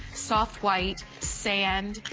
soft white, sand,